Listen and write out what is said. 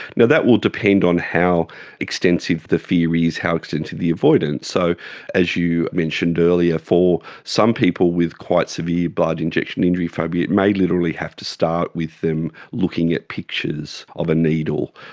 yeah that will depend on how extensive the fear is, how extensive the avoidance. so as you mentioned earlier, for some people with quite severe blood-injection-injury phobia it may literally have to start with them looking at pictures of a needle,